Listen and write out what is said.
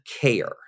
care